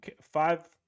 five